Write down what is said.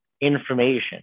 information